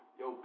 yo